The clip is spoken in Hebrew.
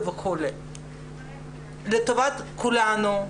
לטובת כולנו,